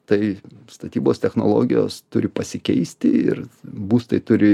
tai statybos technologijos turi pasikeisti ir būstai turi